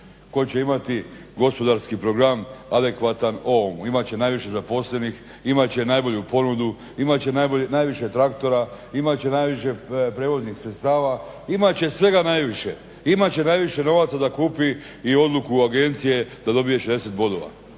ko će imati gospodarski program adekvatan ovomu imat će najviše zaposlenih, imat će najbolju ponudu, imat će najviše traktora, imat će najviše prijevoznih sredstava, imat će svega najviše. Imat će najviše novaca da kupi i odluku agencije da dobije 60 bodova.